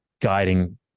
guiding